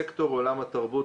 סקטור עולם התרבות,